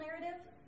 narrative